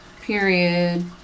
period